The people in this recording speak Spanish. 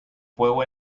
fuego